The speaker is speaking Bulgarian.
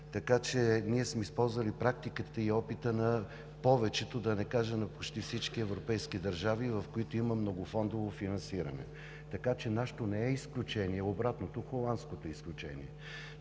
Европа. Ние сме използвали практиката и опита на повечето, да не кажа на почти всички европейски държави, в които има многофондово финансиране, така че нашето не е изключение, а обратното – Холандското е изключение,